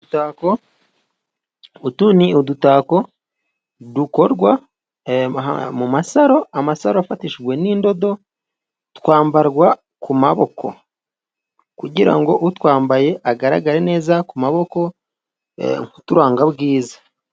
Utu ni udutako dukorwa mu masaro .Amasaro afatishijwe n'indodo. Twambarwa ku maboko .Kugira ngo utwambaye, agaragare neza ku maboko nk'uturanga bwiza.